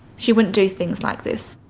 she wouldn't do things like this.